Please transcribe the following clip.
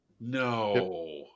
No